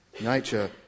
nature